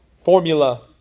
formula